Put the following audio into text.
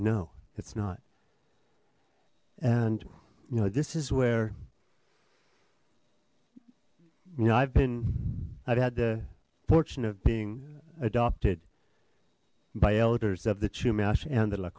no it's not and you know this is where you know i've been i've had the fortune of being adopted by elders of the